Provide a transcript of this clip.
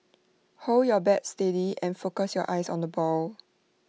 hold your bat steady and focus your eyes on the ball